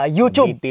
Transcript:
YouTube